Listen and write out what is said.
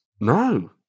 No